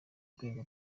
rwego